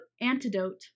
antidote